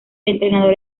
entrenador